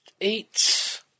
eight